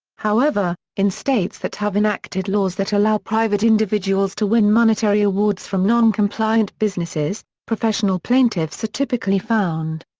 however, in states that have enacted laws that allow private individuals to win monetary awards from non-compliant businesses, professional plaintiffs are typically found.